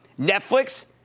Netflix